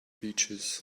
bleachers